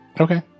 Okay